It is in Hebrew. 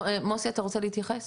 מוסי אתה רוצה להתייחס?